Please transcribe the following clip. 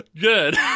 Good